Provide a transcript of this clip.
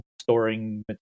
storing